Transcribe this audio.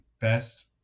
Best